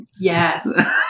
Yes